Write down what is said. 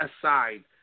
aside